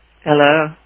Hello